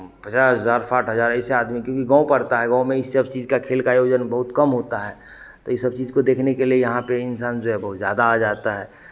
पचास हजार साठ हजार ऐसे आदमी क्योंकि गाँव पड़ता है गाँव में ई सब चीज़ का खेल का आयोजन बहुत कम होता है तो ई सब चीज़ को देखने के लिए यहाँ पे इन्सान जो है बहुत ज़्यादा आ जाता है